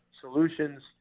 Solutions